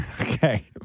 Okay